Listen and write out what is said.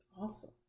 awesome